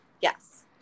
Yes